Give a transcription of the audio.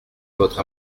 votre